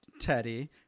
Teddy